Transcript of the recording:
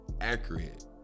accurate